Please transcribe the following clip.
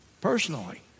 Personally